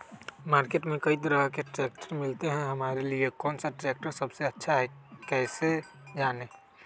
Market में कई तरह के ट्रैक्टर मिलते हैं हमारे लिए कौन सा ट्रैक्टर सबसे अच्छा है कैसे जाने?